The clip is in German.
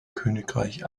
königreich